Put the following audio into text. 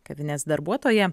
kavinės darbuotoją